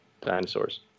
dinosaurs